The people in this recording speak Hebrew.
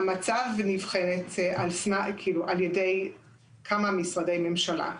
המצב נבחן על ידי כמה משרדי ממשלה,